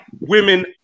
women